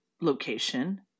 location